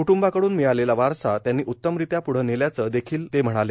कुट्रंबाकडून मिळालेला वारसा त्यांनी उत्तमरित्या प्रढं वेल्यायं देखिल ते म्हणाले